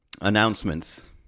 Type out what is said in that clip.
Announcements